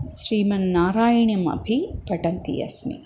श्रीमन्नारायणीयमपि पठन्ती अस्मि